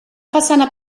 façana